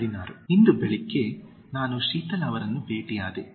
16 ಇಂದು ಬೆಳಿಗ್ಗೆ ನಾನು ಶೀತಲ್ ಅವರನ್ನು ಭೇಟಿಯಾದೆ